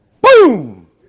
Boom